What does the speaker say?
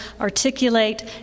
articulate